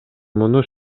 муну